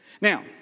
Now